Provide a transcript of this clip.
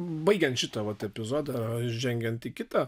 baigiant šitą vat epizodą žengiant į kitą